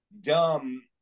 Dumb